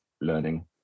learning